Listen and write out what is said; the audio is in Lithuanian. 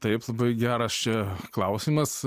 taip labai geras čia klausimas